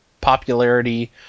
popularity